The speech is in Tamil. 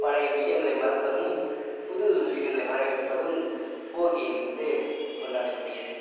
பழைய விஷயங்களை மறப்பதும் புது விஷயங்களை வரவேற்பதும் போகி வந்து கொண்டாடப்படுகிறது